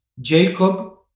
Jacob